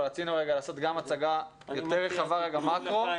אבל רצינו לעשות גם הצגה יותר רחבה למקרו.